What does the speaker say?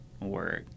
work